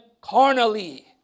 carnally